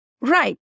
Right